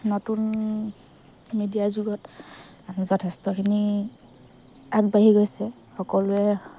নতুন মিডিয়াৰ যুগত যথেষ্টখিনি আগবাঢ়ি গৈছে সকলোৱে